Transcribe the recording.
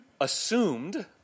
assumed